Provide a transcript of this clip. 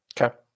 Okay